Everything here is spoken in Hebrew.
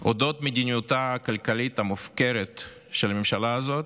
על מדיניותה הכלכלית המופקרת של הממשלה הזאת: